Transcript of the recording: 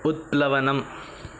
उत्प्लवनम्